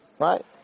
right